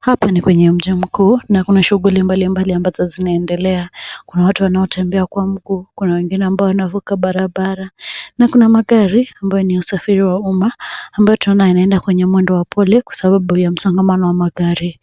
Hapa ni kwenye mji mkuu na kuna shughuli mbalimbali ambazo zinaendelea. Kuna watu wanaotembea kwa mguu, kuna wengine ambao wanavuka barabara. Na kuna magari, ambayo ni ya usafiri wa umma, ambayo tunaona yanaenda kwenye mwendo wa pole, kwa sababu ya msongamano wa magari.